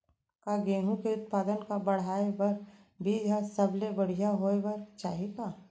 का गेहूँ के उत्पादन का बढ़ाये बर बीज ह सबले बढ़िया होय बर चाही का?